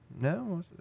No